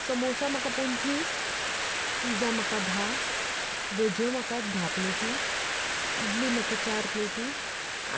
समोसा म्हाका पंचवीस पिज्जा म्हाका धा भजयो म्हाका धा प्लेटी इडली म्हाका चार प्लेटी